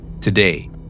Today